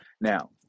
Now